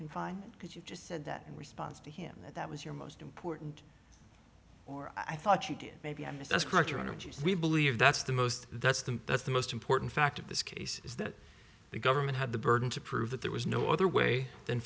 confinement because you just said that in response to him that that was your most important i thought she did maybe that's correct or energy we believe that's the most that's the that's the most important fact of this case is that the government had the burden to prove that there was no other way than